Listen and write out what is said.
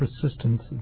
persistence